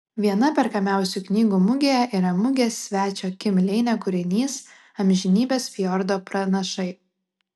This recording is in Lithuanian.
viena perkamiausių knygų mugėje yra mugės svečio kim leine kūrinys amžinybės fjordo pranašai